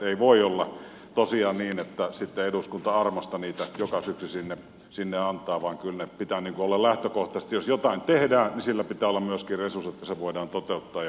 ei voi olla tosiaan niin että sitten eduskunta armosta niitä joka syksy sinne antaa vaan kyllä pitää olla lähtökohtaisesti niin että jos jotain tehdään niin sillä pitää olla myöskin resurssit että se voidaan toteuttaa ja pitää hyvässä kunnossa